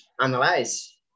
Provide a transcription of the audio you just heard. analyze